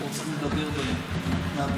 אשר מהווה סיכון לבריאות הציבור.